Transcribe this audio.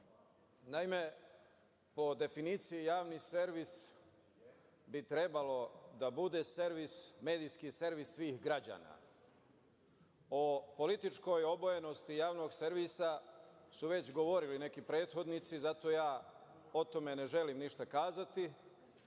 Naime, po definiciji javni servis bi trebalo da bude servis, medijski servis svih građana. O političkoj obojenosti javnog servisa su već govorili neki prethodnici zato o tome ne želim ništa kazati,